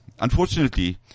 Unfortunately